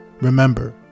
Remember